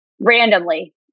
randomly